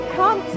come